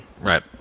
Right